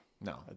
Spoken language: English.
No